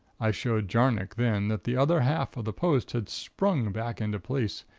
i showed jarnock then that the other half of the post had sprung back into place,